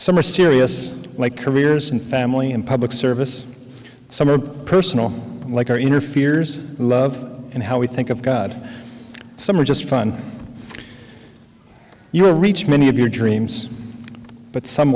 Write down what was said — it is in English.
some are serious like careers and family and public service some are personal like our interferes love and how we think of god some are just fun you will reach many of your dreams but some